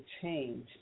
change